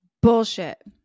Bullshit